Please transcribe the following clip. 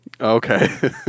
Okay